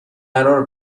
قرار